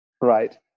Right